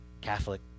Catholic